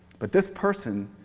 but this person,